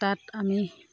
তাত আমি